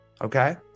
okay